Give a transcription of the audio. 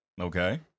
Okay